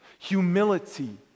humility